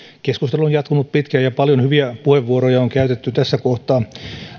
on jatkunut pitkään ja paljon hyviä puheenvuoroja on on käytetty tässä kohtaa